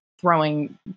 throwing